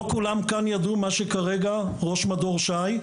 לא כולם ידעו מה שאמר כרגע ראש מדור ש"י.